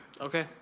okay